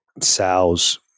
sows